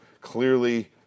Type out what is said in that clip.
clearly